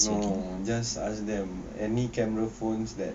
no just ask them any camera phones that